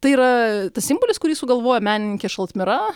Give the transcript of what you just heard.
tai yra tas simbolis kurį sugalvojo menininkė šaltmira